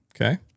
Okay